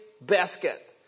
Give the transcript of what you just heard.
basket